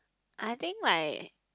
I think like